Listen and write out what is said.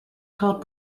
called